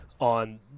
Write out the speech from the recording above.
on